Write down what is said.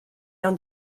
ond